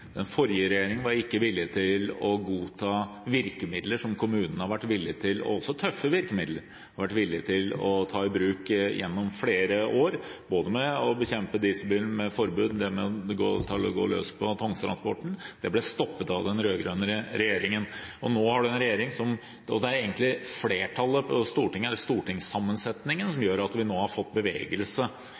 Den forrige regjeringen var ikke villig til å godta virkemidler – også tøffe virkemidler – som kommunene har vært villige til å ta i bruk gjennom flere år. Både det å bekjempe dieselbiler med forbud og det å gå løs på tungtransporten ble stoppet av den rød-grønne regjeringen. Det er egentlig stortingssammensetningen som gjør at vi nå har fått bevegelse i selve saken, og som gjør at vi endelig begynner å få i gang et virkemiddelapparat som gjør at vi